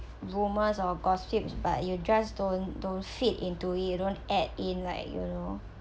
rumors or gossips but you just don't don't fit into it don't add in like you know